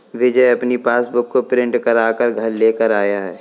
विजय अपनी पासबुक को प्रिंट करा कर घर लेकर आया है